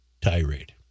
tirade